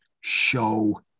show